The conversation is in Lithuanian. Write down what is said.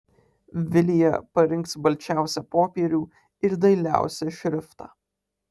vilija parinks balčiausią popierių ir dailiausią šriftą